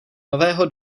nového